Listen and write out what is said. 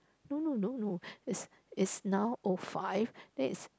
no no no no is now O five then is